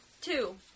Two